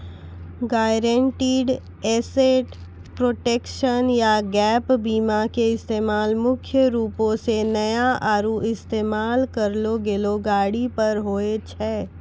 guaranteed asset protection या gap बीमा के इस्तेमाल मुख्य रूपो से नया आरु इस्तेमाल करलो गेलो गाड़ी पर होय छै